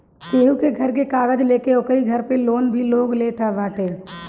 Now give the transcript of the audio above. केहू के घर के कागज लेके ओकरी घर पे लोन भी लोग ले लेत बाटे